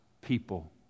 people